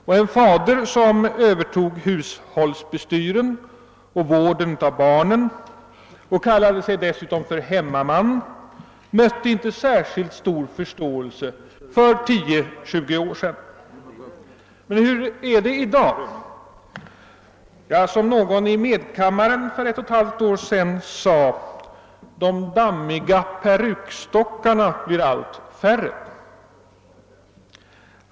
Och en fader som övertog hushållsbestyren och vården av barnen och dessutom kallade sig för hemmaman mötte inte särskilt stor förståelse för 10—20 år sedan. Men hur är det i dag? Jo, det är som någon sade i medkammaren för ett och ett halvt år sedan: De dammiga perukstockarna blir allt färre.